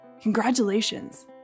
Congratulations